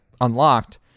unlocked